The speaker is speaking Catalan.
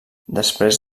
després